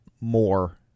more